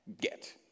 get